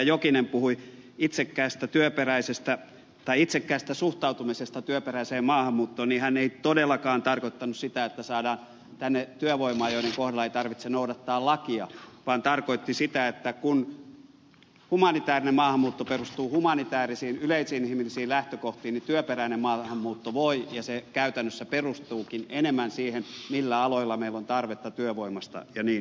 jokinen puhui itsekkäästä suhtautumisesta työperäiseen maahanmuuttoon niin hän ei todellakaan tarkoittanut sitä että saadaan tänne työvoimaa joiden kohdalla ei tarvitse noudattaa lakia vaan tarkoitti sitä että kun humanitaarinen maahanmuutto perustuu humanitaarisiin yleisinhimillisiin lähtökohtiin niin työperäinen maahanmuutto voi perustua ja se käytännössä perustuukin enemmän siihen millä aloilla meillä on tarvetta työvoimasta ja niin edelleen